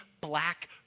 black